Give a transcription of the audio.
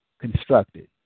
constructed